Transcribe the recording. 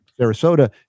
sarasota